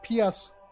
PS